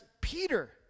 Peter